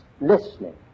listening